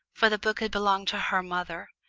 for the book had belonged to her mother,